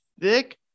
thick